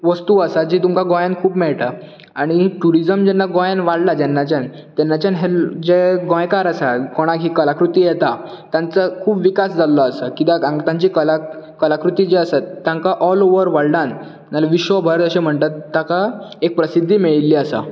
वस्तू आसा जी तुमकां गोंयान खूब मेळटा आनी ट्युर्जन जेन्ना गोंयांन वाडला जेन्नाच्यान तेन्नाच्यान हे जे गोंयकार आसा कोणाक ही कलाकृती येता तेंचो खूब विकास जाल्लो आसा कित्याक तांची कलाकृती जी आसा तांकां ऑल ऑवर वल्डन विश्व भर अशें म्हणटात ताका एक प्रसिध्दी मेळिल्ली आसा